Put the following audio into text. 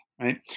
right